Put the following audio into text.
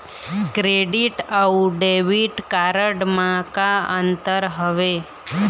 Credit अऊ debit card म का अंतर हावे?